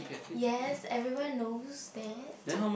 yes everyone knows that